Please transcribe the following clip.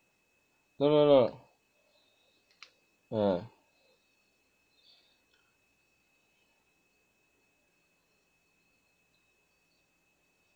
no no no mm